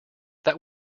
that